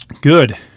good